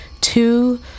Two